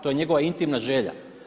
To je njegova intimna želja.